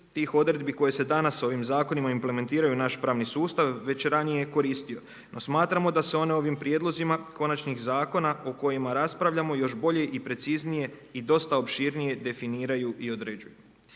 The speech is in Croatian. tih odredbi koje se danas ovim zakonima implementiraju u naš pravni sustav već ranije koristio. No smatramo da se one ovim prijedlozima konačnih zakona o kojima raspravljamo još bolje i preciznije i dosta opširnije definiraju i određuju.